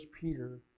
Peter